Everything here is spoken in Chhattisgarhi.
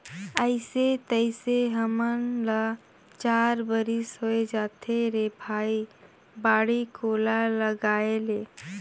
अइसे तइसे हमन ल चार बरिस होए जाथे रे भई बाड़ी कोला लगायेले